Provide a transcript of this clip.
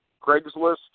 Craigslist